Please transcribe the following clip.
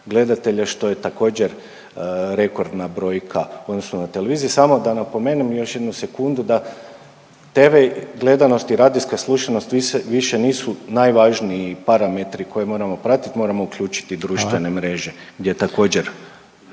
gledatelja što je također rekordna brojka u odnosu na televizije. Samo da napomenem još jednu sekundu da tv gledanost i radijska slušanost više nisu najvažniji parametri koje moram pratit, moramo uključit i društvene mreže …/Upadica